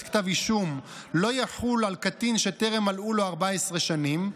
כתב אישום לא יחול על קטין שטרם מלאו לו 14 שנים,